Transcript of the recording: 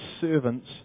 servants